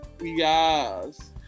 yes